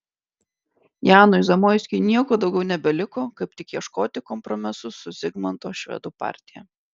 janui zamoiskiui nieko daugiau nebeliko kaip tik ieškoti kompromisų su zigmanto švedų partija